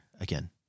again